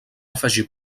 afegir